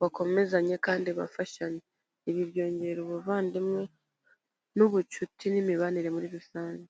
bakomezanye kandi bafashanya. Ibi byongera ubuvandimwe n'ubucuti n'imibanire muri rusange.